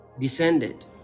Descended